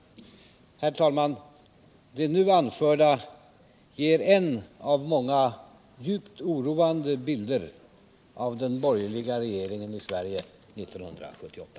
Herr talman! Det nu anförda ger en av många djupt oroande bilder av den borgerliga regeringen i Sverige år 1978.